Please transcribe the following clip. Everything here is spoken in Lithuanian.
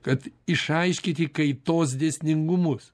kad išaiškinti kaitos dėsningumus